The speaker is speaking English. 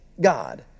God